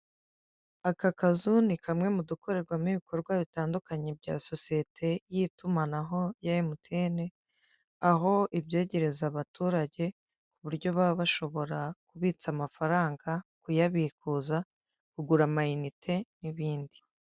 Aka kazu ni kamwe mu dukorerwamo ibikorwa bitandukanye bya sosiyete y'itumanaho bya MTN aho ibyegereza abaturage kuburyo baba bashobora kubitsa amafaranga, kuyabikuza, kugura ama inite n'ibindi.